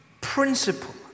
principle